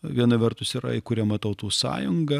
viena vertus yra įkuriama tautų sąjunga